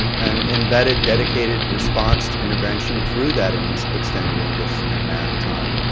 an embedded, dedicated response to intervention through that and extended english and math time.